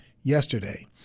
yesterday